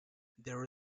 there